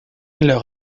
leur